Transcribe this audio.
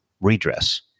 redress